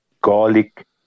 garlic